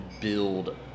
build